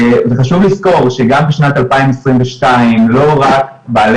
וחשוב לזכור שגם בשנת 2022 לא רק בעלי